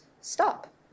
stop